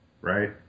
right